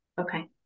Okay